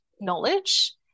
knowledge